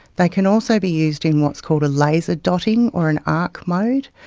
they can also be used in what's called a laser dotting or an arc mode,